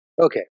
Okay